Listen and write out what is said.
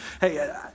Hey